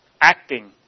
acting